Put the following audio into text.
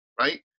right